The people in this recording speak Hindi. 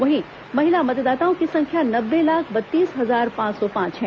वहीं महिला मतदाताओं की संख्या नब्बे लाख बत्तीस हजार पांच सौ पांच है